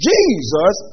Jesus